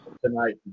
tonight